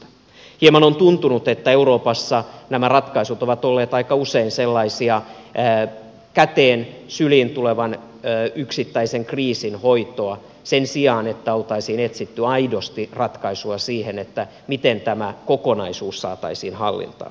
hieman on tuntunut että euroopassa nämä ratkaisut ovat olleet aika usein sellaisia käteen syliin tulevan yksittäisen kriisin hoitoa sen sijaan että oltaisiin etsitty aidosti ratkaisua siihen miten tämä kokonaisuus saataisiin hallintaan